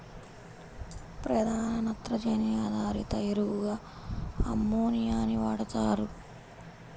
ప్రధాన నత్రజని ఆధారిత ఎరువుగా అమ్మోనియాని వాడుతారు